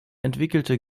entwickelte